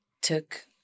took